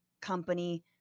company